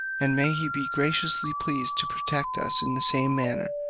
and may he be graciously pleased to protect us in the same manner,